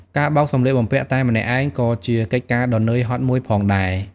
ការបោកសម្លៀកបំពាក់តែម្នាក់ឯងក៏ជាកិច្ចការដ៏ហត់នឿយមួយផងដែរ។